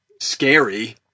scary